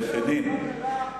אדוני עושה עבודה קלה,